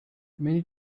many